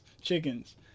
chickens